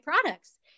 products